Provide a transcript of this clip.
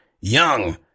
young